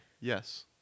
Yes